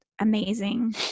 amazing